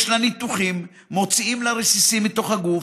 יש לה ניתוחים, מוציאים לה רסיסים מתוך הגוף.